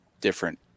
different